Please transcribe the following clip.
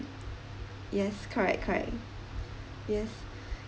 yes correct correct yes